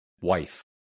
wife